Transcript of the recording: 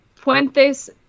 puentes